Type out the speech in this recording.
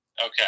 Okay